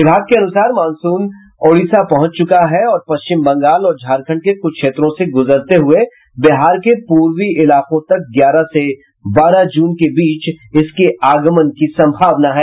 विभाग के अनुसार मानसून ओडिशा पहुंच चुका है और पश्चिम बंगाल और झारखण्ड के कुछ क्षेत्रों से गुजरते हुये बिहार के पूर्वी इलाकों तक ग्यारह से बारह जून के बीच इसके आगमन की संभावना है